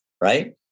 right